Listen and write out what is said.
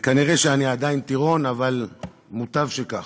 כנראה אני עדיין טירון, אבל מוטב שכך.